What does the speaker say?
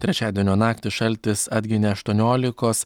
trečiadienio naktį šaltis atginė aštuoniolikos